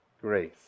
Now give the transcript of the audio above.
grace